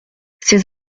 ces